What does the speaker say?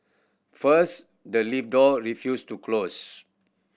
first the lift door refused to close